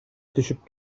түшүп